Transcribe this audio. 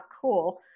cool